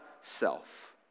self